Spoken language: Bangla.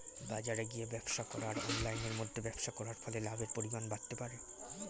বাজারে গিয়ে ব্যবসা করা আর অনলাইনের মধ্যে ব্যবসা করার ফলে লাভের পরিমাণ বাড়তে পারে?